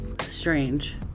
strange